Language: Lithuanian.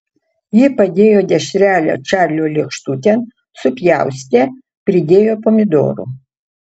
ji padėjo dešrelę čarlio lėkštutėn supjaustė pridėjo pomidorų